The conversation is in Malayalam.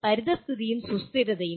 പരിസ്ഥിതിയും സുസ്ഥിരതയും